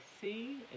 see